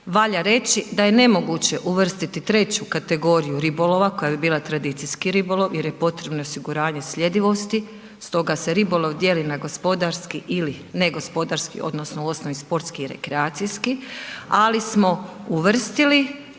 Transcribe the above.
Valja reći da je nemoguće uvrstiti treću kategoriju ribolova koja bi bila tradicijski ribolov jer je potrebno osiguranje sljedivosti, stoga se ribolov dijeli na gospodarski ili negospodarski odnosno u osnovi sportski i rekreacijski, ali smo uvrstili